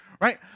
right